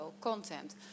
content